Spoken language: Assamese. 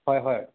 হয় হয়